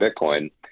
Bitcoin